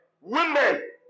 women